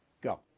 go